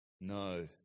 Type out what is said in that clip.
No